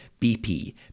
BP